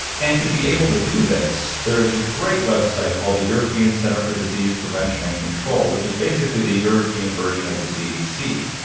and to be able to do this, there is a great website called the european center for disease prevention and control, which is basically the european version of the cdc,